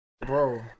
bro